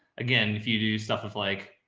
again, if you do stuff with like,